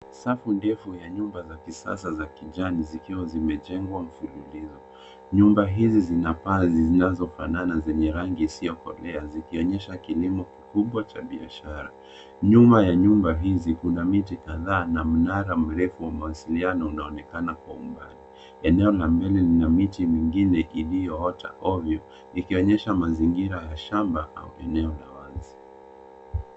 Safu ndefu ya nyumba za kisasa za kijani zikiwa zimejengwa mfululizo. Nyumba hizi zina paa zinazofanana zenye rangi isiyokolea zikionyesha kilimo kikubwa cha biashara. Nyuma ya nyumba hizi kuna miti kadhaa na mnara mrefu wa mawasiliano unaonekana kwa umbali. Eneo la mbele kuna miti mingine iliyoota ovyo ikionyesha mazingira ya shamba au eneo la wazi.